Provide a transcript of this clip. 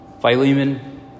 Philemon